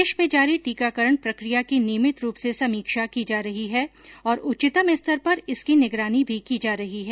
देश में जारी टीकाकरण प्रक्रिया की नियमित रूप से समीक्षा की जा रही है और उच्चतम स्तर पर इसकी निगरानी भी की जा रही है